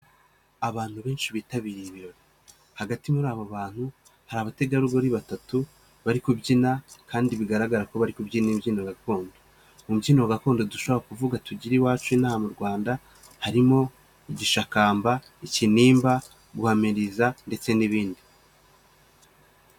Abantu benshi bitabiriye ibirori, hagati muri abo bantu, hari abategarugori batatu bari kubyina kandi bigaragara ko bari kubyina imbyino gakondo, mu mbyino gakondo dushobora kuvuga tugire iwacu ino aha a mu Rwanda, harimo igishakamba, ikinimba, guhamiriza ndetse n'ibindi.